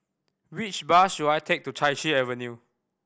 which bus should I take to Chai Chee Avenue